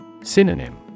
Synonym